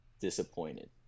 disappointed